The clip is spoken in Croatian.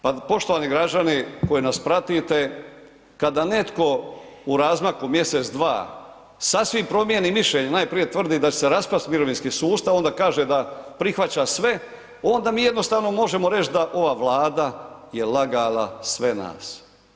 Pa, poštovani građani koji nas pratite kada netko u razmaku mjesec, dva sasvim promijeni mišljenje, najprije tvrdi da će se raspasti mirovinski sustav onda kaže da prihvaća sve, onda mi jednostavno možemo reći da ova Vlada je lagala sve nas.